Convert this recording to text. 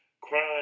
Crime